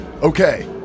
Okay